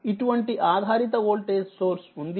ఇటువంటి ఆధారిత వోల్టేజ్సోర్స్ఉంది